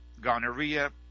gonorrhea